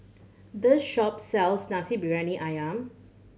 this shop sells Nasi Briyani Ayam